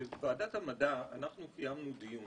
בוועדת המדע אנחנו קיימנו דיון